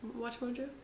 WatchMojo